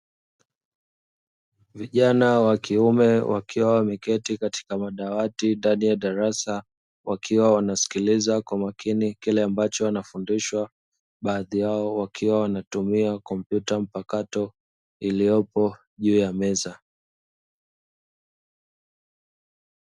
Vijana wa kiume wakiwa wameketi katika madawati ndani ya darasa, wakiwa wanasikiliza kwa makini kile ambacho wanafundishwa. Baadhi yao wakiwa wanatumia kompyuta mpakato iliyopo juu ya meza.